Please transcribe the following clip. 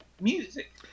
music